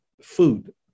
food